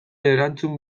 erantzun